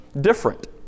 different